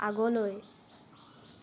আগলৈ